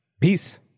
Peace